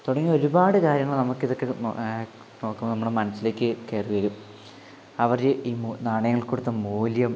തുടങ്ങിയ ഒരുപാട് കാര്യങ്ങൾ നമുക്കിതൊക്കെ നമുക്ക് നമ്മുടെ മനസ്സിലേക്ക് കയറിവരും അവര് ഈ നാണയങ്ങൾക്ക് കൊടുത്ത മൂല്യം